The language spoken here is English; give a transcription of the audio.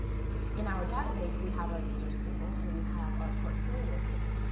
in our database we have our users' table and we have our portfolio table.